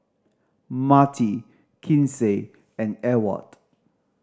Marti Kinsey and Ewald